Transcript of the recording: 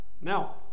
now